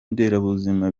nderabuzima